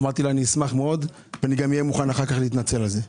אמרתי: אשמח מאוד ואהיה מוכן להתנצל על זה.